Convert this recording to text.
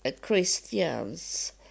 Christians